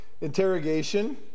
interrogation